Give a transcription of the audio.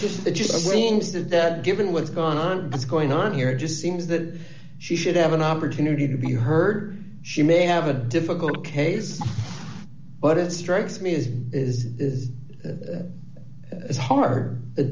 just the just seems to that given what's gone on that's going on here it just seems that she should have an opportunity to be heard she may have a difficult case but it strikes me as is is that as hard